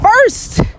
first